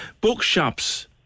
bookshops